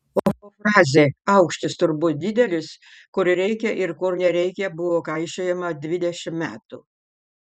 o frazė aukštis turbūt didelis kur reikia ir kur nereikia buvo kaišiojama dvidešimt metų